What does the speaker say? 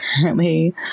currently